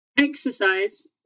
Exercise